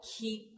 keep